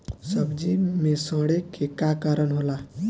सब्जी में सड़े के का कारण होला?